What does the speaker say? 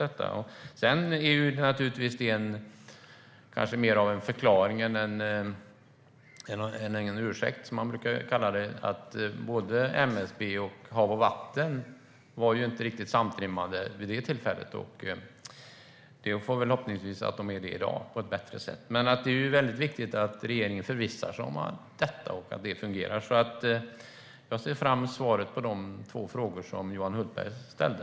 Det är väl mer en förklaring än en ursäkt, som man brukar kalla det, att MSB och Havs och vattenmyndigheten inte var riktigt samtrimmade vid det här tillfället. Vi får väl hoppas att de är det i dag på ett bättre sätt. Det är väldigt viktigt att regeringen förvissar sig om att detta fungerar. Jag ser fram emot svaren på de två frågor som Johan Hultberg ställde.